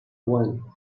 one